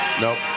Nope